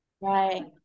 right